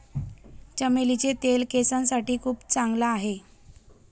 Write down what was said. चमेलीचे तेल केसांसाठी खूप चांगला आहे